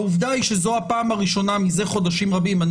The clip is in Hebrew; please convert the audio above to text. העובדה היא שזו הפעם הראשונה מזה חודשים רבים אני